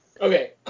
Okay